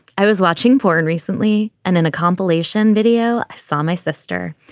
i was watching porn recently and in a compilation video i saw my sister.